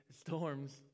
storms